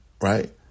Right